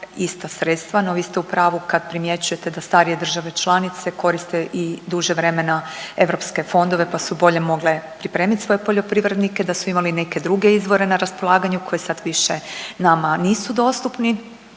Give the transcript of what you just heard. ista sredstva, no vi ste u pravu kad primjećujete da starije države članice koriste i duže vremena europske fondove, pa su bolje mogle pripremit svoje poljoprivrednike, da su imali neke druge izvore na raspolaganju koje sad više nama nisu dostupni